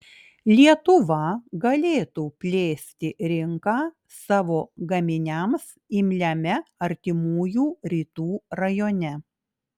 lietuva galėtų plėsti rinką savo gaminiams imliame artimųjų rytų rajone